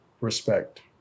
respect